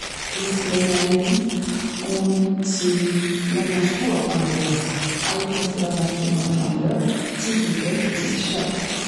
מעגליך צו לעבן א לעבן אן צו לאזן א השפעה אויף אנדערע. אייביג וועסטו לאזן א השפעה אויף אנדערע. צו ס'איז גוט, צו ס'איז שלעכט.